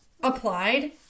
applied